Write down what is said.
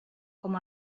com